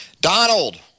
Donald